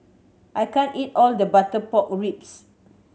I can't eat all the butter pork ribs